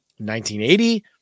1980